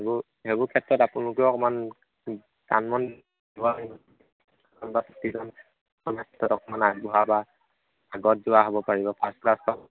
সেইবো সেইবোৰ ক্ষেত্ৰত আপোনালোকেও অকণমান অকণমান আগবঢ়া বা আগত যোৱা হ'ব পাৰিব ফাছ ক্লাছ বা